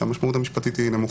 שהמשמעות המשפטית היא נמוכה.